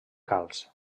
calç